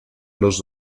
los